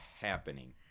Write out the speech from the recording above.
happening